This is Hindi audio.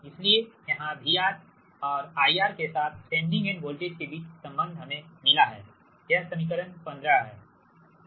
इसलिए यहां VR और IR के साथ सेंडिंग एंड वोल्टेज के बीच संबंध हमें मिला है यह समीकरण 15 है